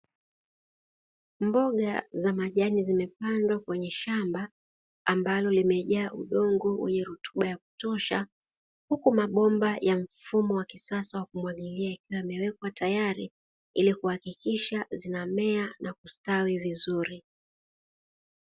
Mboga za majani, zimepandwa kwenye shamba, ambalo limejaa udongo wenye rutuba ya kutosha, huku mabomba ya mfumo wa kisasa wa kumwagilia yakiwa yamewekwa tayari, ili kuhakikisha zinamea na kustawi vizuri.